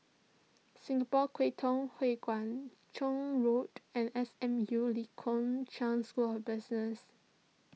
Singapore Kwangtung Hui Kuan Joan Road and S M U Lee Kong Chian School of Business